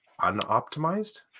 unoptimized